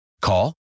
Call